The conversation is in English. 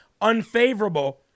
unfavorable